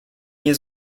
nie